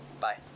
Bye